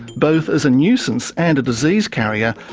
both as a nuisance and a disease carrier,